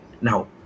Now